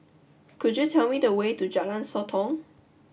could you tell me the way to Jalan Sotong